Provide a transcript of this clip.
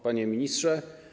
Panie Ministrze!